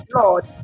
Lord